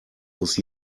muss